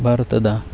ಭಾರತದ